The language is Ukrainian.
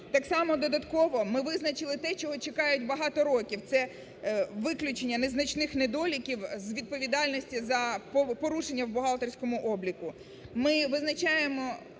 Так само додатково ми визначили те, чого чекають багато років, – це виключення незначних недоліків з відповідальності за порушення в бухгалтерському обліку.